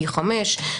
B5,